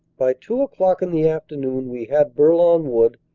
by two o'clock in the afternoon, we had bourlon wood,